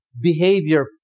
behavior